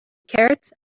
carrots